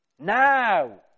Now